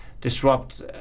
disrupt